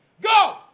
Go